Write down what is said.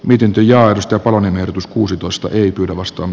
miten työjaosto palonen ehdotus kuusitoista eli vastuun